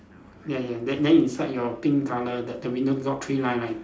ya ya then then inside your pink colour the the window got three line right